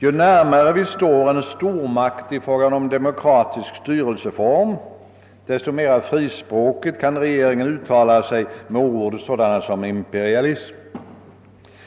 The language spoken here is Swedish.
Ju närmare vi står en stormakt i fråga om demokratisk styrelseform, desto mera frispråkigt kan regeringen uttala sig med ord sådana som »imperialism».